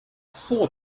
four